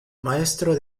maestro